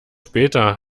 später